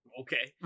okay